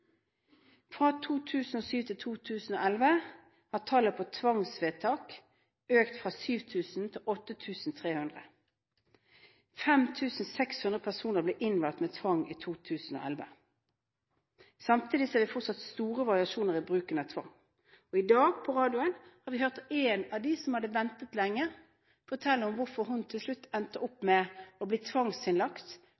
Fra 2007 til 2011 har tallet på tvangsvedtak økt fra 7 000 til 8 300. 5 600 personer ble innlagt med tvang i 2011. Samtidig ser vi fortsatt store variasjoner i bruken av tvang. I dag på radioen har vi hørt én av dem som har ventet lenge, fortelle hvorfor hun til slutt endte opp